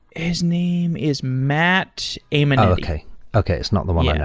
his name is matt aimonetti oh, okay. okay. it's not the one yeah